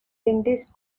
dentist